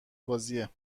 بازیه